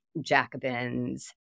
Jacobins